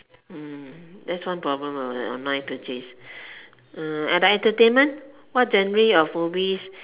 mm that's one problem ah the online purchase uh and the entertainment what genre of movies